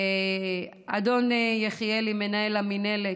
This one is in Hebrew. אדון יחיאלי, מנהל המינהלת,